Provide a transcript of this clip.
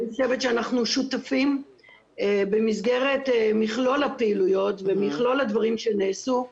שותפים במסגרת מכלול הפעילויות ומכלול הדברים שנעשו.